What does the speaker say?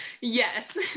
yes